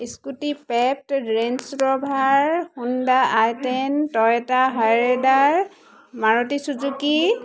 scooty Pep Range Rover Honda i ten Toyota Hyryder Maruti Suzuki